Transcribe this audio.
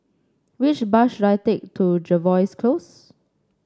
which bus should I take to Jervois Close